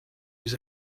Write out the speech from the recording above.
was